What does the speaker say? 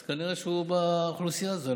אז כנראה שהוא באוכלוסייה הזאת.